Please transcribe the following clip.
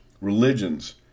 religions